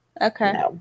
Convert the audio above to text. okay